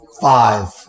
five